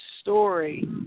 story